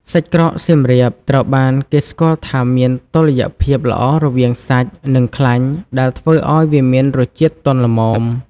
សាច់ក្រកសៀមរាបត្រូវបានគេស្គាល់ថាមានតុល្យភាពល្អរវាងសាច់ និងខ្លាញ់ ដែលធ្វើឱ្យវាមានរសជាតិទន់ល្មម។